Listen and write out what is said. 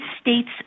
States